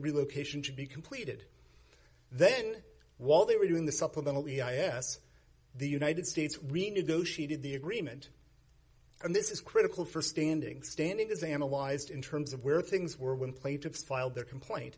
relocation should be completed then while they were doing the supplemental e i a s the united states renegotiated the agreement and this is critical for standing standing is analyzed in terms of where things were when plaintiffs filed their complaint